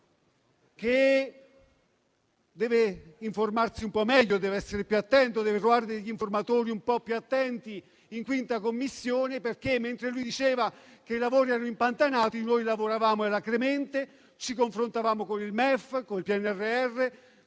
che deve informarsi un po' meglio, dev'essere più attento e deve trovare informatori un po' più attenti in 5a Commissione. Infatti, mentre lui diceva che i lavori erano impantanati, noi lavoravamo alacremente, ci confrontavamo con il Ministro